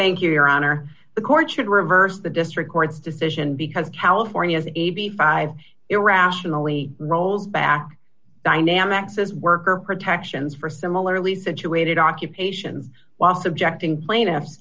thank you your honor the court should reverse the district court's decision because california's a b five irrationally rollback dynamic says worker protections for similarly situated occupations while subjecting plaintiffs